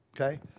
okay